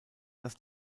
dass